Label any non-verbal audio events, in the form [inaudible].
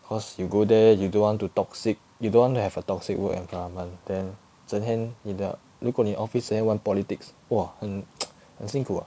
cause you go there you don't want to toxic you don't want to have a toxic work environment then 整天你的如果你 office 整天玩 politics !wah! 很 [noise] 很辛苦 ah